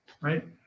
right